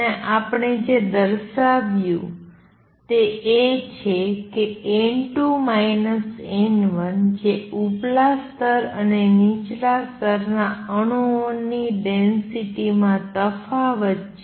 અને આપણે જે દર્શાવ્યું તે એ છે કે n2 n1 જે ઉપલા સ્તર અને નીચલા સ્તરના અણુઓની ડેંસિટી માં તફાવત છે